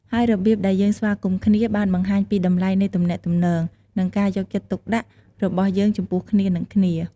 ហើយរបៀបដែលយើងស្វាគមន៍គ្នា បានបង្ហាញពីតម្លៃនៃទំនាក់ទំនង និងការយកចិត្តទុកដាក់របស់យើងចំពោះគ្នានិងគ្នា។